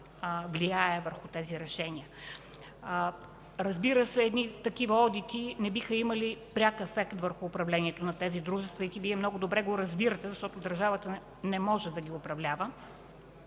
влияе върху тези решения. Такива одити не биха имали пряк ефект върху управлението на тези дружества. Вие много добре го разбирате, защото държавата не може да ги управлява,